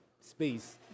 space